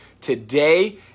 today